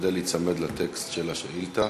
ולהשתדל להיצמד לטקסט של השאילתה.